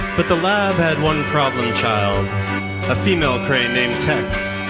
but the lab had one problem child a female crane named tex.